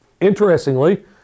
Interestingly